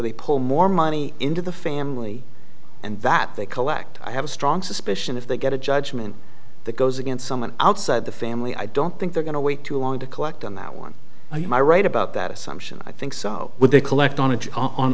they pull more money into the family and that they collect i have a strong suspicion if they get a judgment that goes against someone outside the family i don't think they're going to wait too long to collect on that one am i right about that assumption i think so when they collect on